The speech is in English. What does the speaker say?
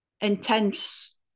intense